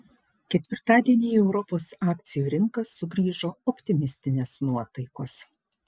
ketvirtadienį į europos akcijų rinkas sugrįžo optimistinės nuotaikos